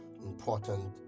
important